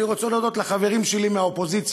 אני רוצה להודות לחברים שלי מהאופוזיציה,